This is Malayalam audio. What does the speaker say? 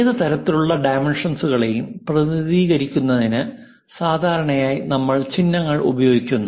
ഏത് തരത്തിലുള്ള ഡൈമെൻഷനുകളെയും പ്രതിനിധീകരിക്കുന്നതിന് സാധാരണയായി നമ്മൾ ചിഹ്നങ്ങൾ ഉപയോഗിക്കുന്നു